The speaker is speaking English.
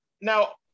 now